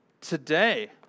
Today